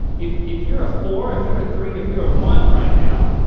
if if you're a four if you're a three if you're a one right now,